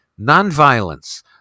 Nonviolence